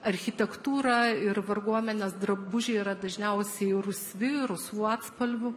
architektūra ir varguomenės drabužiai yra dažniausiai rusvi rusvų atspalvių